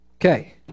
Okay